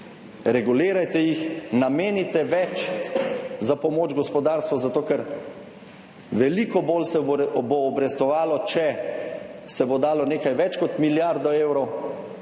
regulirajte jih. Namenite več za pomoč gospodarstvu, zato ker veliko bolj se bo obrestovalo, če se bo dalo nekaj več kot milijardo evrov